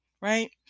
right